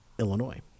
Illinois